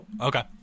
Okay